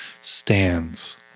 stands